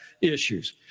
issues